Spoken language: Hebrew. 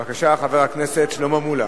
בבקשה, חבר הכנסת שלמה מולה.